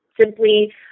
simply